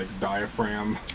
diaphragm